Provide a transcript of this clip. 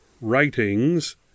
writings